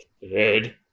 Good